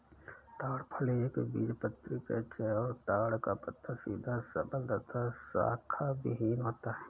ताड़ फल एक बीजपत्री वृक्ष है और ताड़ का तना सीधा सबल तथा शाखाविहिन होता है